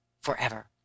Forever